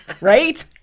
Right